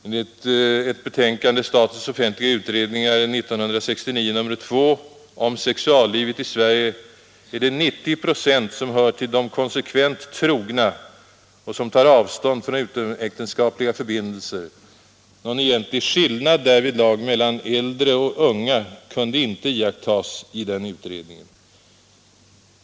Enligt ett betänkande i serien statens offentliga utredningar 1969 nr 2 ”om sexuallivet i Sverige” hör 90 procent till de konsekvent trogna genom att praktiskt ta avstånd från utomäktenskapliga förbindelser. Någon egentlig skillnad därvidlag mellan äldre och unga kunde inte iakttagas i den utredningen.